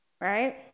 right